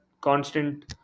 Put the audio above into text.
constant